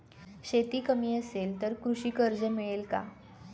शेती कमी असेल तर कृषी कर्ज मिळेल का?